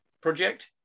project